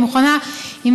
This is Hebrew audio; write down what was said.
אם